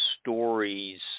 stories